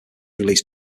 released